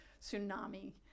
tsunami